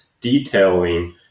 detailing